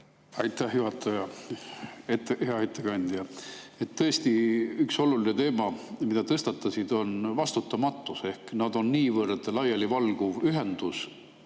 Aitäh, juhataja! Hea ettekandja! Tõesti, üks oluline teema, mille tõstatasid, on vastutamatus. Nad on niivõrd laialivalguv ühendus.